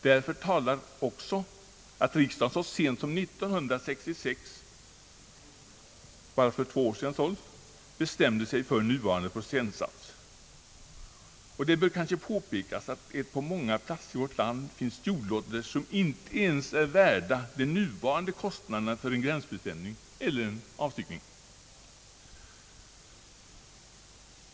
Därför talar också att riksdagen så sent som 1966 bestämde sig för nuvarande procentsats. Det bör kanske påpekas, att på många platser i vårt land finns jordlotter som inte ens är värda vad en gränsbestämning eller avstyckning för närvarande kostar.